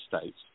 states